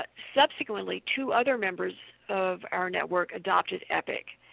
but subsequently, two other members of our network adopted epic,